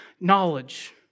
knowledge